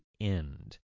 end